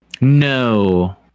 No